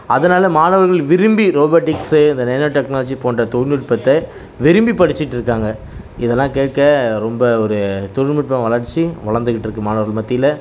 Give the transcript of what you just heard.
அதனால் மாணவர்கள் விரும்பி ரோபோடிக்ஸு இந்த நேனோ டெக்னாலஜி போன்ற தொழில்நுட்பத்தை விரும்பி படிச்சிட்யிருக்காங்க இதெல்லாம் கேட்க ரொம்ப ஒரு தொழில்நுட்பம் வளர்ச்சி வளர்ந்துகிட்டு இருக்கு மாணவர்கள் மத்தியில்